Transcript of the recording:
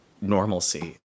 normalcy